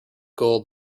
gold